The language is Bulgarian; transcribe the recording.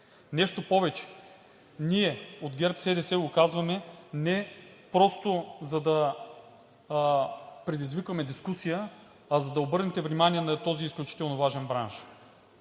Нещо повече, ние от ГЕРБ-СДС го казваме не просто за да предизвикаме дискусия, а за да обърнете внимание на този изключително важен бранш.